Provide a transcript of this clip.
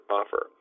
offer